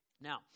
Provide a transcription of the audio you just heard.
Now